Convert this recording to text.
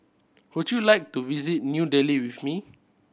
would you like to visit New Delhi with me